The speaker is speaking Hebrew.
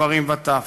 גברים וטף.